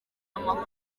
amahoro